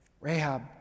Rahab